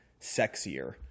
sexier